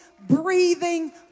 breathing